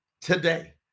today